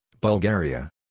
Bulgaria